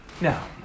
Now